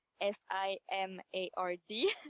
S-I-M-A-R-D